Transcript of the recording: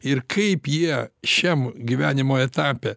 ir kaip jie šiam gyvenimo etape